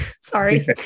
sorry